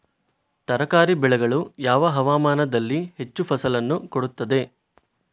ತರಕಾರಿ ಬೆಳೆಗಳು ಯಾವ ಹವಾಮಾನದಲ್ಲಿ ಹೆಚ್ಚು ಫಸಲನ್ನು ನೀಡುತ್ತವೆ?